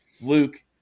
Luke